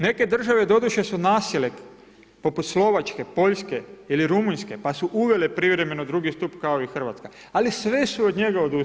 Neke države, doduše su nasjele, poput Slovačke, Poljske ili Rumunjske, pa su uvele privremeno drugi stup, kao i Hrvatska, ali sve su od njega odustale.